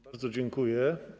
Bardzo dziękuję.